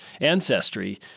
ancestry